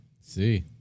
See